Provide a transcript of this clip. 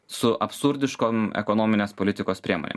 su absurdiškom ekonominės politikos priemonėm